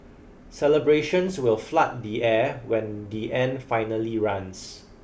celebrations will flood the air when the end finally runs